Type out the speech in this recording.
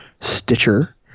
Stitcher